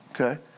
Okay